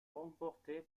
remportée